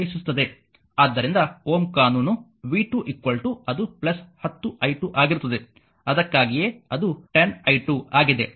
ಆದ್ದರಿಂದ Ω ಕಾನೂನು v 2 ಅದು 10 i2 ಆಗಿರುತ್ತದೆ ಅದಕ್ಕಾಗಿಯೇ ಅದು 10 i2 ಆಗಿದೆ